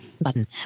button